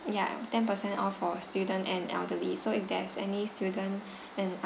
ya ten percent off for student and elderly so if there's any student